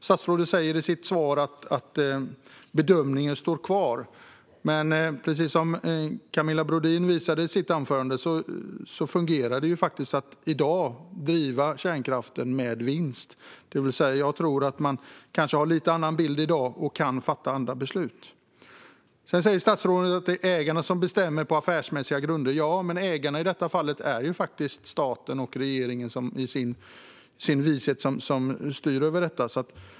Statsrådet säger i sitt svar att bedömningen kvarstår, men som Camilla Brodin sa i sitt anförande fungerar det faktiskt i dag att driva kärnkraften med vinst. Jag tror alltså att man kanske har en lite annan bild i dag och kan fatta andra beslut. Statsrådet säger att ägarna bestämmer på affärsmässiga grunder. Ja, och ägarna är i detta fall staten och regeringen, som i sin vishet styr över detta.